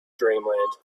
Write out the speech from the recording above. dreamland